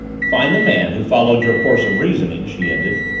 find the man who followed your course of reasoning, she ended,